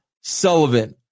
Sullivan